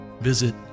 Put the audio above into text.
visit